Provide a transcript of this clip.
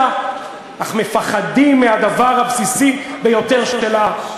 אך מפחדים מהדבר הבסיסי ביותר שלה,